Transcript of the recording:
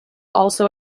also